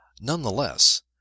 Nonetheless